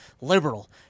liberal